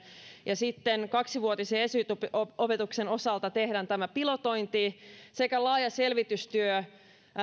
ja sitten kaksivuotisen esiopetuksen osalta tehdään pilotointi sekä laaja selvitystyö